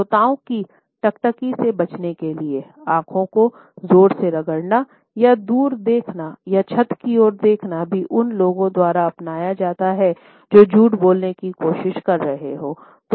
श्रोताओं की टकटकी से बचने के लिए आँखों को जोर से रगड़ना या दूर देखना या छत की ओर देखना भी उन लोगों द्वारा अपनाया जाता है जो झूठ बोलने की कोशिश कर रहे हैं